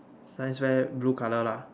science fair blue colour lah